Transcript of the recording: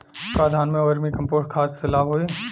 का धान में वर्मी कंपोस्ट खाद से लाभ होई?